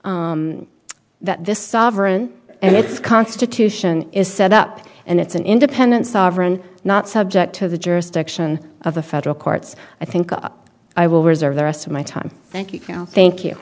that that this sovereign and its constitution is set up and it's an independent sovereign not subject to the jurisdiction of the federal courts i think up i will reserve the rest of my time thank you thank you